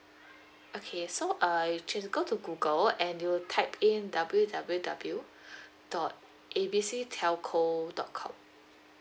okay so err you can just go to google and you type in W W W dot A B C telco dot com